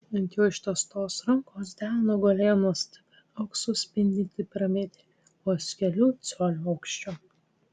ant jo ištiestos rankos delno gulėjo nuostabi auksu spindinti piramidė vos kelių colių aukščio